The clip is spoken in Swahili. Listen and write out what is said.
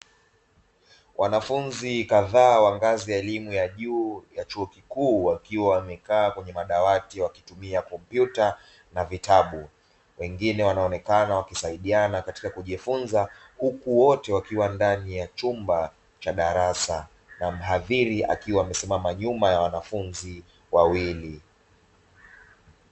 Wanafunzi kadhaa wa ngazi ya elimu ya juu ya chuo kikuu wakiwa wamekaa kwenye madawati wakitumia kompyuta na vitabu, wengine wanaonekana wakisaidiana katika kujifunza huku wote wakiwa ndani ya chumba cha darasa na mhadhiri akiwa amesimama nyuma ya wanafunzi wawili.